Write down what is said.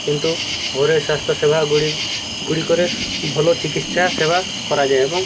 କିନ୍ତୁ ଘରୋଇ ସ୍ୱାସ୍ଥ୍ୟ ସେବା ଗୁ ଗୁଡ଼ିକରେ ଭଲ ଚିକିତ୍ସା ସେବା କରାଯାଏ ଏବଂ